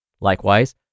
Likewise